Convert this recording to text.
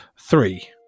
three